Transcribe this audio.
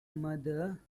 mother